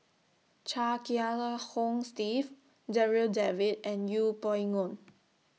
Chia Kiah Hong Steve Darryl David and Yeng Pway Ngon